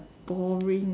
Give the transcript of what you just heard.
boring